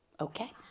Okay